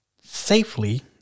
safely